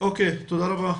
תודה רבה.